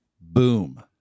Boom